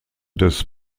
des